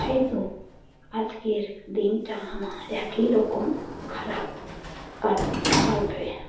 হয়তো আজকের দিনটা আমার একই রকম খারাপ কাট কাটবে